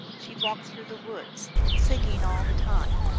she walked through the woods, singing all the time,